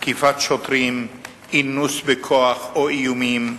תקיפת שוטרים, אינוס בכוח או איומים,